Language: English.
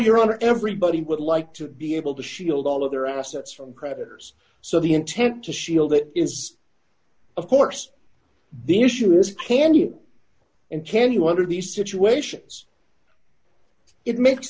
your honor everybody would like to be able to shield all of their assets from creditors so the intent to shield it is of course the issue is can you and can you under these situations it makes